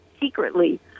secretly